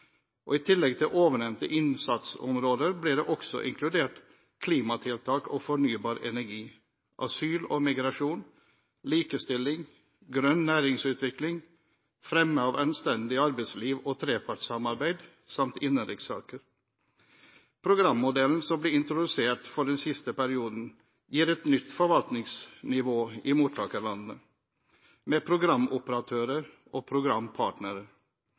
og i tillegg til ovennevnte innsatsområder blir det også inkludert klimatiltak og fornybar energi, asyl og migrasjon, likestilling, grønn næringsutvikling, fremme av anstendig arbeidsliv og trepartssamarbeid samt innenrikssaker. Programmodellen som ble introdusert for den siste perioden, gir et nytt forvaltningsnivå i mottakerlandene, med programoperatører og programpartnere.